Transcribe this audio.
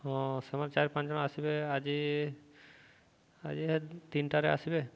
ହଁ ସେମାନେ ଚାରି ପାଞ୍ଚ ଜଣ ଆସିବେ ଆଜି ଆଜି ତିନିଟାରେ ଆସିବେ